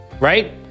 right